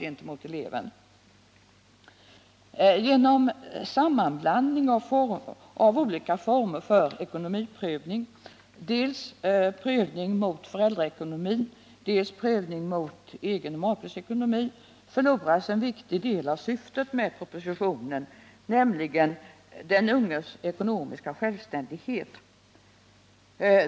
Genom sammanblandning av olika former för ekonomiprövning, dels prövning mot föräldraekonomi, dels prövning mot egen och makes ekonomi, förloras en viktig del av syftet med propositionen, nämligen den unges ekonomiska självständighet.